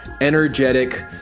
energetic